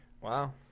Wow